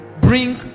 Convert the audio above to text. bring